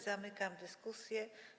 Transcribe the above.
Zamykam dyskusję.